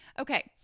Okay